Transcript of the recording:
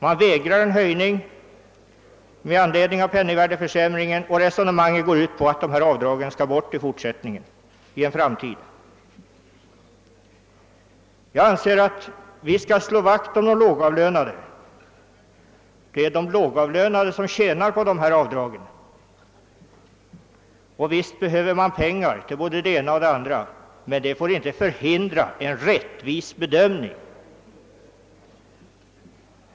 Man vägrar företa en höjning med anledning av penningvärdeförsämringen och resonemanget går ut på att avdragen framdeles skall tas bort. Enligt min mening bör vi slå vakt om de lågavlönade som är de som tjänar på de här avdragen. Visst behövs det pengar till både det ena och det andra men det får inte förhindra en rättvis bedömning.